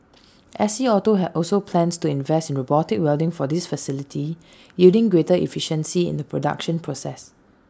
S C auto have also plans to invest in robotic welding for this facility yielding greater efficiency in the production process